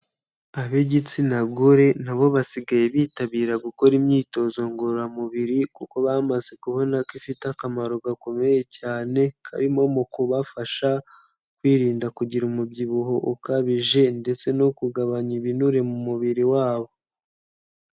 Ab'igitsina gore na bo basigaye bitabira gukora imyitozo ngororamubiri kuko bamaze kubona ko ifite akamaro gakomeye cyane, karimo mu kubafasha kwirinda kugira umubyibuho ukabije ndetse no kugabanya ibinure mu mubiri wabo.